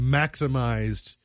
maximized